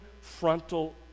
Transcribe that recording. frontal